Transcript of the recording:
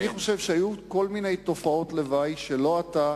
אני חושב שהיו כל מיני תופעות לוואי שלא אתה,